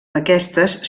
aquestes